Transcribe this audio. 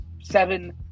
seven